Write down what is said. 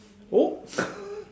oh